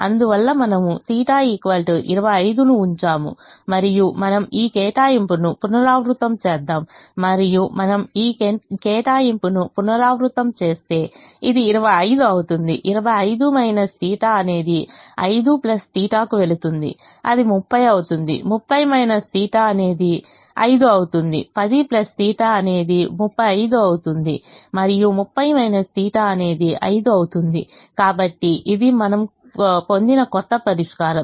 అందువల్ల మనము θ 25 ను ఉంచాము మరియు మనము ఈ కేటాయింపును పునరావృతం చేద్దాం మరియు మనం ఈ కేటాయింపును పునరావృతం చేస్తే ఇది 25 అవుతుంది 25 θ అనేది 5 θ కు వెళుతుంది అది 30 అవుతుంది 30 θ అనేది 5 అవుతుంది 10 θ అనేది 35 అవుతుంది మరియు 30 θ అనేది 5 అవుతుంది కాబట్టి ఇది మనము పొందిన కొత్త పరిష్కారం